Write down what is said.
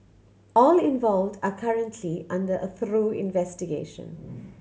all involved are currently under a through investigation